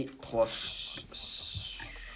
plus